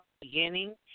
beginning